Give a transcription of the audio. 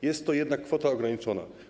Jest to jednak kwota ograniczona.